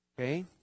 Okay